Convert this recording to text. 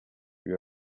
you